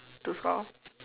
to score